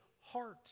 heart